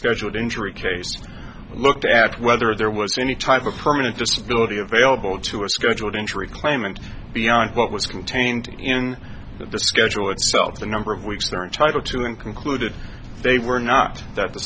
scheduled injury case looked at whether there was any type of permanent disability available to a scheduled injury claimant beyond what was contained in the schedule itself the number of weeks they're entitled to and concluded they were not that the